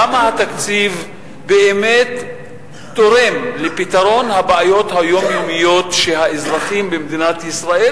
כמה התקציב באמת תורם לפתרון הבעיות היומיומיות שהאזרחים במדינת ישראל,